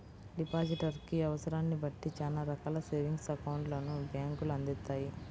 depositor కి అవసరాన్ని బట్టి చానా రకాల సేవింగ్స్ అకౌంట్లను బ్యేంకులు అందిత్తాయి